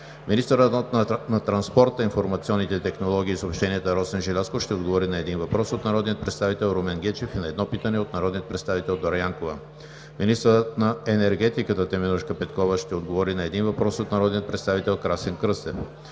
Министърът на транспорта, информационните технологии и съобщенията Росен Желязков ще отговори на един въпрос от народния представител Румен Гечев и на едно питане от народния представител Дора Янкова. 7. Министърът на енергетиката Теменужка Петкова ще отговори на един въпрос от народния представител Красен Кръстев.